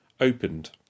opened